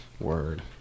Word